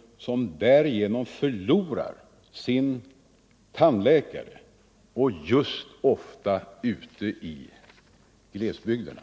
— som därigenom förlorar sin tandläkare? De bor ofta just i glesbygden.